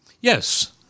Yes